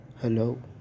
Hello